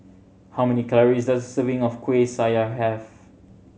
how many calories does a serving of Kueh Syara have